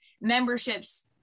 memberships